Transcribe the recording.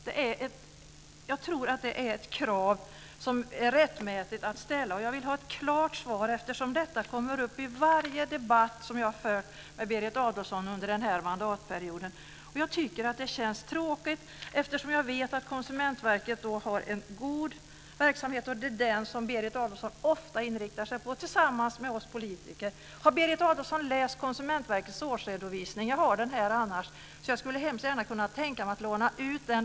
Det är ett rättmätigt krav att ställa. Jag vill ha ett klart svar. Detta kommer upp i varje debatt som jag har fört med Berit Adolfsson under denna mandatperiod. Det känns tråkigt, eftersom jag vet att Konsumentverket har en god verksamhet. Det är den och oss politiker som Berit Adolfsson ofta inriktar sig på. Har Berit Adolfsson läst Konsumentverkets årsredovisning? Annars har jag den här. Jag skulle gärna kunna tänka mig att låna ut den.